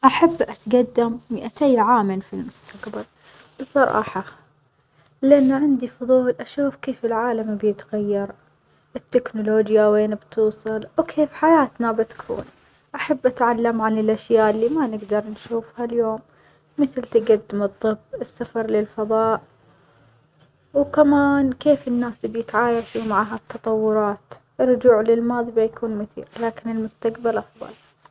أحب أتجدم مائتي عام في المستجبل بصراحة لأنه عندي فظول أشوف كيف العالم بيتغير، التكنولوجيا وين بتوصل أو كيف حياتنا بتكون، أحب أتعلم عن الأشياء اللي ما نجدر نشوفها اليوم، مثل تجدم الطب السفر للفضاء وكمان كيف الناس بيتعايشوا مع هالتطورات، الرجوع للماظي بيكون مثير لكن المستجبل أفظل.